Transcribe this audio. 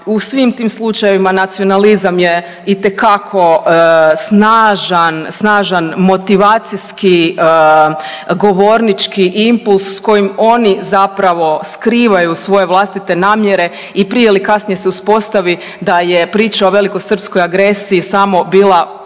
u svim tim slučajevima nacionalizam je itekako snažan, snažan motivacijski govornički impuls s kojim oni zapravo skrivaju svoje vlastite namjere i prije ili kasnije se uspostavi da je priča o velikosrpskoj agresiji samo bila paravan